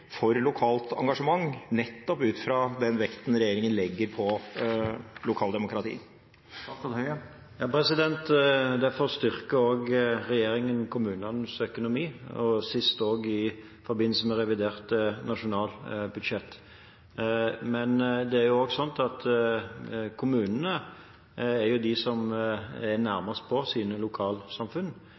for lokalt engasjement, nettopp ut fra den vekten regjeringen legger på lokaldemokratiet? Derfor styrker også regjeringen kommunenes økonomi – sist i forbindelse med revidert nasjonalbudsjett. Det er slik at kommunene er de som er nærmest på sine lokalsamfunn.